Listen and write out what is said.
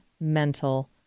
mental